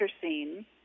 scene